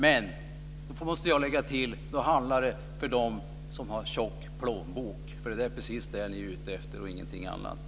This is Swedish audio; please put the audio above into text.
Men då, måste jag få lägga till, handlar det om att bygga för dem som har tjock plånbok. Det är precis det ni är ute efter och ingenting annat.